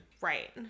right